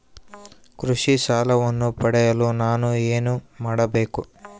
ಕೃಷಿ ಸಾಲವನ್ನು ಪಡೆಯಲು ನಾನು ಏನು ಮಾಡಬೇಕು?